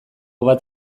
bat